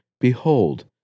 behold